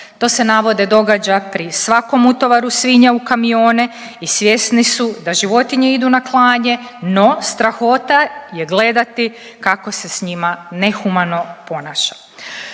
To se navode događa pri svakom utovaru svinja u kamione i svjesni su da životinje idu na klanje no strahota je gledati kako se s njima nehumano ponaša.